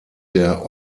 der